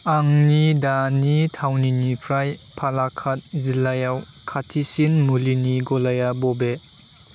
आंनि दानि थावनिनिफ्राय पालाकाड जिल्लायाव खाथिसिन मुलिनि गलाया बबे